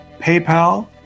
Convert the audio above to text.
PayPal